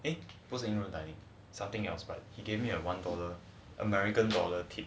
eh 不是 in group dining something else but he gave me a one dollar american dollar tip